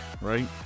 right